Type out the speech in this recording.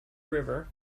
river